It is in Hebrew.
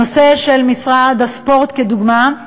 הנושא של משרד הספורט, לדוגמה,